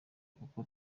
kuko